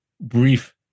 brief